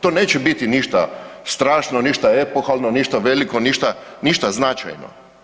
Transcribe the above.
To neće biti ništa strašno, ništa epohalno, ništa veliko, ništa, ništa značajno.